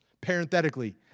parenthetically